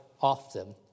often